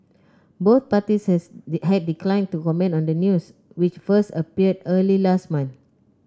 both parties had declined to comment on the news which first appeared early last month